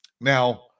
Now